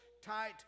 tight